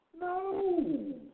No